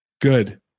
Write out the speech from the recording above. Good